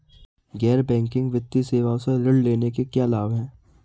गैर बैंकिंग वित्तीय सेवाओं से ऋण लेने के क्या लाभ हैं?